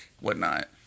whatnot